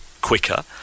quicker